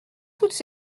toutes